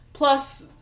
Plus